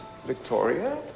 Victoria